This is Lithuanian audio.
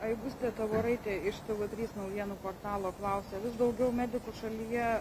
aigustė tavoraitė iš tv trys naujienų portalo klausia vis daugiau medikų šalyje